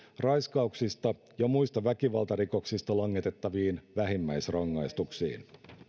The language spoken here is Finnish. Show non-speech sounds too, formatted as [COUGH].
raiskauksista [UNINTELLIGIBLE] [UNINTELLIGIBLE] [UNINTELLIGIBLE] [UNINTELLIGIBLE] ja muista väkivaltarikoksista langetettaviin vähimmäisrangaistuksiin